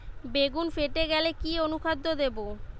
বেগুন ফেটে গেলে কি অনুখাদ্য দেবো?